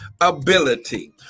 ability